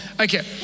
okay